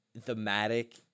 thematic